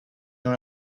dans